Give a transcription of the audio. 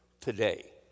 today